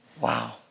Wow